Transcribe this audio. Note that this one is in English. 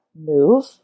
move